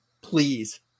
Please